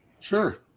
Sure